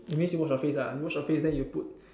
that means you wash your face ah you wash your face then you put